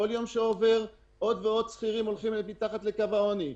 כל יום שעובר עוד ועוד שכירים נוספים מתחת לקו העוני,